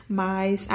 mas